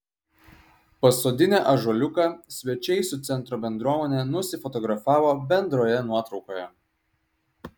pasodinę ąžuoliuką svečiai su centro bendruomene nusifotografavo bendroje nuotraukoje